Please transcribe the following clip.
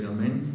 Amen